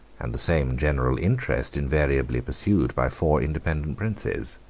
and the same general interest invariably pursued by four independent princes.